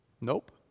Nope